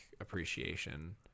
appreciation